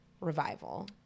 revival